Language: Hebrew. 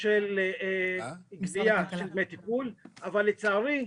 של גבייה של דמי טיפול, אבל לצערי,